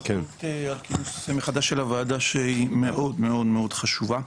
ברכות על כינוס מחדש של הוועדה שהיא מאוד מאוד חשובה.